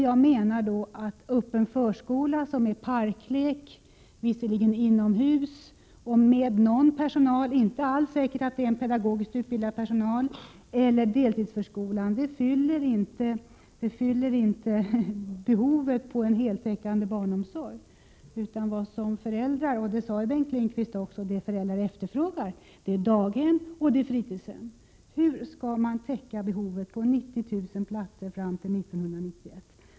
Varken öppen förskola i form av parklek, visserligen inomhus och med någon personal — det är dock inte alls säkert att det finns utbildad personal — eller deltidsförskolan täcker behovet när det gäller en heltäckande barnomsorg. Vad föräldrar efterfrågar, och det sade Bengt Lindqvist också, är daghem och fritidshem. Hur skall man täcka behovet av 90 000 platser fram till 1991?